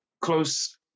close